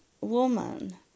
woman